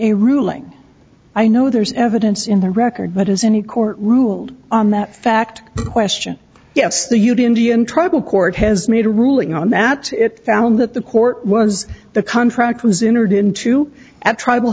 a ruling i know there's evidence in the record but has any court ruled on that fact question yes the huge indian tribal court has made a ruling on that it found that the court was the contract was in or didn't to at tribal